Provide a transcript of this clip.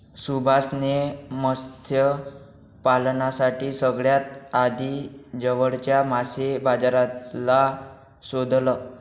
सुभाष ने मत्स्य पालनासाठी सगळ्यात आधी जवळच्या मासे बाजाराला शोधलं